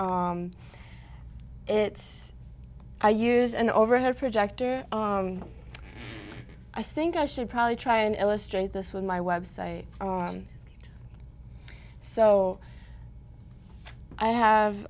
it's i use an overhead projector i think i should probably try and illustrate this with my website so i have